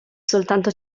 soltanto